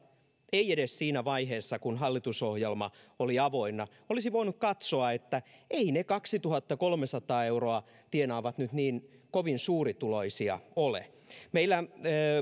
ei edes siinä vaiheessa kun hallitusohjelma oli avoinna olisi voinut katsoa että eivät ne kaksituhattakolmesataa euroa tienaavat nyt niin kovin suurituloisia ole meillä